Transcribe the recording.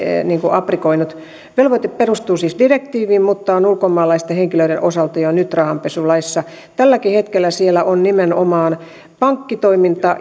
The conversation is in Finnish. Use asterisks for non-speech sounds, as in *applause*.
aprikoinut velvoite perustuu siis direktiiviin mutta on ulkomaalaisten henkilöiden osalta jo nyt rahanpesulaissa tälläkin hetkellä siellä on nimenomaan pankkitoiminta *unintelligible*